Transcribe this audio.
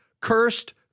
cursed